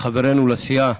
חברנו לסיעה